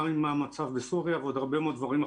גם עם המצב בסוריה ועוד הרבה מאוד דברים אחרים,